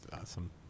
Awesome